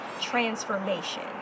transformation